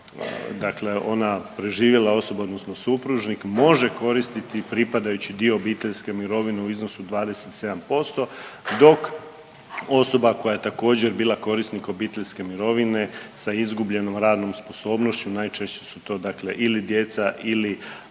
dakle ona preživjela osoba odnosno supružnik može koristiti pripadajući dio obiteljske mirovine u iznosu 27% dok osoba koja je također bila korisnik obiteljske mirovine sa izgubljenom radnom sposobnošću najčešće su to ili djeca ili